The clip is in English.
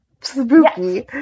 spooky